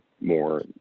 more